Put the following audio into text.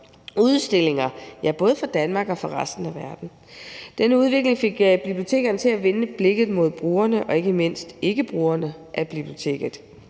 udstillinger, både fra Danmark og fra resten af verden. Denne udvikling fik bibliotekerne til at vende blikket mod brugerne og ikke mindst ikkebrugerne af biblioteket,